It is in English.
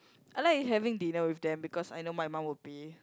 I like having dinner with them because I know my mum would be